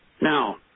Now